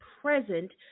present